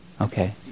Okay